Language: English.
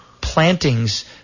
plantings